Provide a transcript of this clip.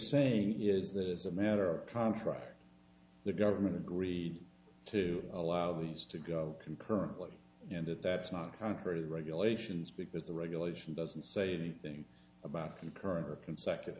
saying is that as a matter contra the government agreed to allow these to go concurrently and that that's not heard of regulations because the regulation doesn't say anything about the current consecutive